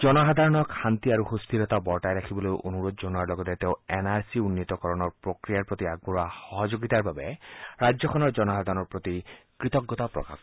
জনসাধাৰণক শান্তি আৰু সুস্থিৰতা বৰ্তাই ৰাখিবলৈ অনুৰোধ জনোৱাৰ লগতে তেওঁ এন আৰ চি উন্নীতকৰণৰ প্ৰক্ৰিয়াৰ প্ৰতি আগবঢ়োৱা সহযোগিতাৰ বাবে ৰাজ্যখনৰ জনসাধাৰণৰ প্ৰতি কৃতজ্ঞতা জ্ঞাপন কৰে